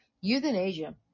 Euthanasia